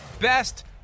best